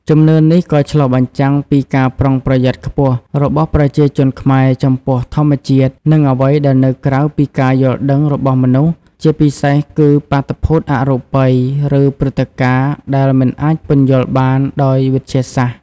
ជំនឿនេះក៏ឆ្លុះបញ្ចាំងពីការប្រុងប្រយ័ត្នខ្ពស់របស់ប្រជាជនខ្មែរចំពោះធម្មជាតិ និងអ្វីដែលនៅក្រៅពីការយល់ដឹងរបស់មនុស្ស ជាពិសេសគឺ បាតុភូតអរូបី ឬព្រឹត្តិការណ៍ដែលមិនអាចពន្យល់បានដោយវិទ្យាសាស្ត្រ។